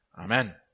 Amen